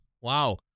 wow